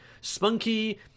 Spunky